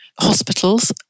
hospitals